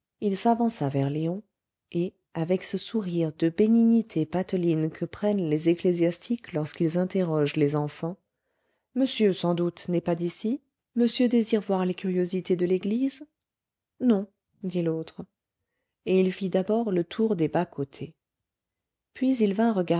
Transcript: il s'avança vers léon et avec ce sourire de bénignité pateline que prennent les ecclésiastiques lorsqu'ils interrogent les enfants monsieur sans doute n'est pas d'ici monsieur désire voir les curiosités de l'église non dit l'autre et il fit d'abord le tour des bas-côtés puis il vint